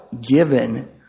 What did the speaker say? given